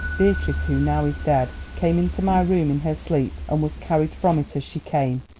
beatrice, who now is dead, came into my room in her sleep, and was carried from it as she came.